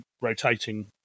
rotating